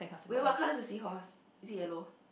wait what colour is the seahorse is it yellow